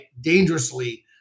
dangerously